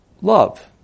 love